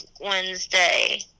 Wednesday